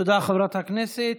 תודה, חברת הכנסת.